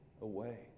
away